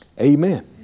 Amen